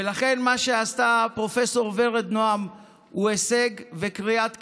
ולכן מה שעשתה פרופ' ורד נעם הוא הישג וקריאת כיוון.